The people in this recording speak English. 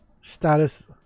status